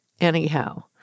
anyhow